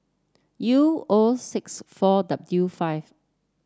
U O six four W five